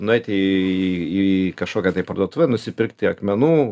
nueiti į į kažkokią tai parduotuvę nusipirkti akmenų